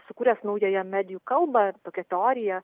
sukūręs naująją medijų kalbą ir tokią teoriją